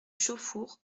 chauffour